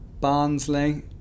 Barnsley